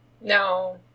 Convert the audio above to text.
No